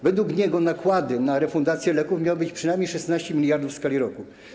Według niego nakłady na refundację leków miały wynosić przynajmniej 16 mld w skali roku.